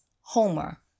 Homer